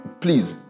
Please